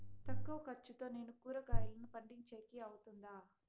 తక్కువ ఖర్చుతో నేను కూరగాయలను పండించేకి అవుతుందా?